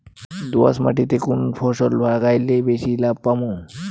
দোয়াস মাটিতে কুন ফসল লাগাইলে বেশি লাভ পামু?